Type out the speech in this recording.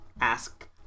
ask